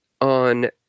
on